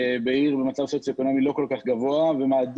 בעיר במצב סוציו אקונומי לא כל כך גבוה ומעדיף